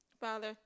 Father